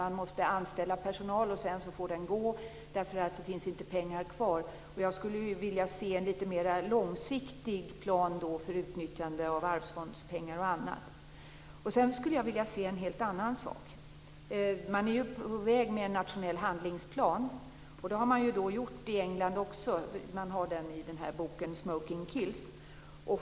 Man måste anställa personal och sedan får den gå för att det inte finns pengar kvar. Jag skulle vilja se en lite mera långsiktig plan för utnyttjande av Arvsfondspengar och annat. Och sedan skulle jag vilja se en helt annan sak. Man är ju på väg med en nationell handlingsplan, och det har man även i England, vilket framgår av den bok jag nämnde, Smoking Kills.